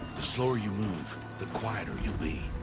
the slower you move. the quieter you'll be.